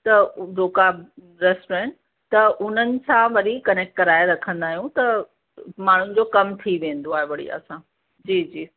त रोका रेस्टोरंट त उन्हनि सां वरी कनेकट कराए रखंदा आहियूं त माण्हुनि जो कमु थी वेंदो आहे बढ़िया सां जी जी